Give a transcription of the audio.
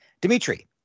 Dimitri